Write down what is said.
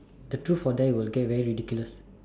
the truth or dare will get very ridiculous